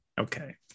Okay